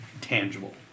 tangible